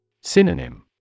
Synonym